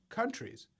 countries